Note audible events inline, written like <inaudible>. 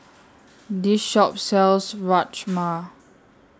<noise> This Shop sells Rajma